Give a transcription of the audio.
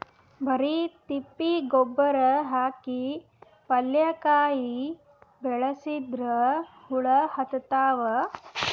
ಬರಿ ತಿಪ್ಪಿ ಗೊಬ್ಬರ ಹಾಕಿ ಪಲ್ಯಾಕಾಯಿ ಬೆಳಸಿದ್ರ ಹುಳ ಹತ್ತತಾವ?